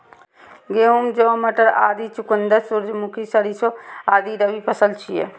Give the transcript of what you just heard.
गहूम, जौ, मटर, आलू, चुकंदर, सूरजमुखी, सरिसों आदि रबी फसिल छियै